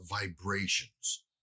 vibrations